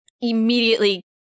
immediately